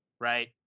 right